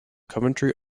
coventry